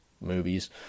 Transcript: movies